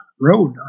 road